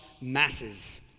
masses